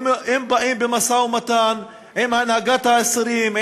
אם באים במשא-ומתן עם הנהגת האסירים,